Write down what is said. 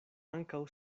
ankaŭ